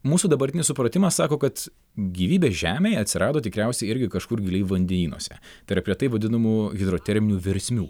mūsų dabartinis supratimas sako kad gyvybė žemėj atsirado tikriausiai irgi kažkur giliai vandenynuose tarp retai vadinamų hidroterminių versmių